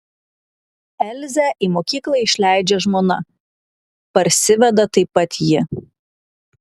elzę į mokyklą išleidžia žmona parsiveda taip pat ji